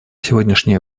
сегодняшние